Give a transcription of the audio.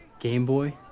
game boy?